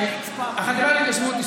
החטיבה להתיישבות,